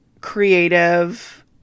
creative